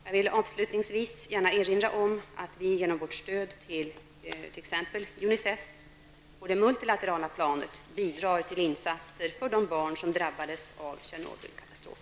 Jag vill avslutningsvis gärna erinra om att vi genom vårt stöd till t.ex. UNICEF på det multilaterala planet bidrar till insatser för de barn som drabbades av Tjernobylkatastrofen.